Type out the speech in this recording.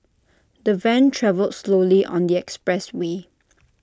the van travelled slowly on the expressway